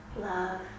love